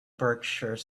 berkshire